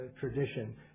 tradition